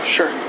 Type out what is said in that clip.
Sure